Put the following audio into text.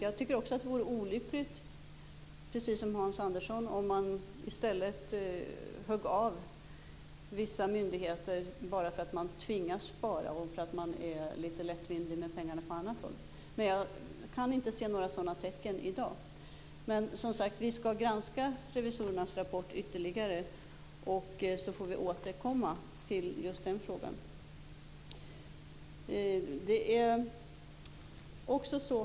Jag tycker också, precis som Hans Andersson, att det vore olyckligt om man högg av vissa myndigheter bara därför att man tvingas spara och att man är litet lättvindig med pengarna på annat håll. Men jag kan inte se några sådana tecken i dag. Som sagt skall vi granska revisorernas rapport ytterligare. Sedan får vi återkomma till just den frågan.